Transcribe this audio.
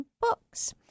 books